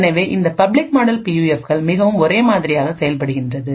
எனவே இந்த public model பியூஎஃப்கள் மிகவும் ஒரே மாதிரியாக செயல்படுகிறது